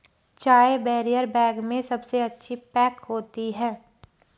चाय barrier bag में सबसे अच्छी पैक होती है